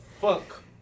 fuck